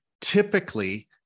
typically